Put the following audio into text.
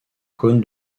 cône